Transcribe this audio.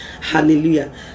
Hallelujah